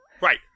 Right